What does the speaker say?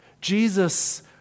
Jesus